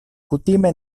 kutime